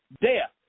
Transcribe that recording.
Death